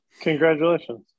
Congratulations